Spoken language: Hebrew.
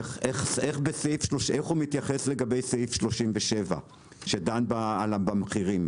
איך הוא מתייחס לגבי סעיף 37 שדן על המחירים?